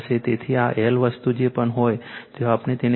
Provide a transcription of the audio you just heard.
તેથી આ L વસ્તુ જે પણ હોય ત્યાં આપણે તેને શું કહીએ છીએ